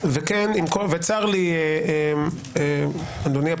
היא מדיניות רוחבית ארצי ואין מדיניות מחוזית בעניין הזה.